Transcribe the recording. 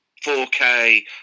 4K